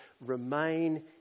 remain